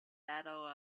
battle